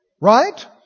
right